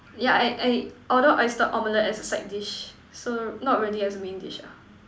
yeah I I order oyster omelette as a side dish so not really as main dish ah